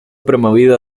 promovido